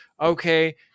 okay